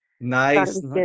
Nice